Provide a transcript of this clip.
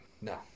no